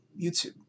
YouTube